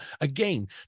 again